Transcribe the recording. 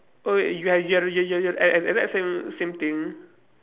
oh you ha~ you ha~ you you you have ex~ exact same same thing